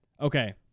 Okay